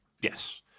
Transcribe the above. Yes